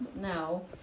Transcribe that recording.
No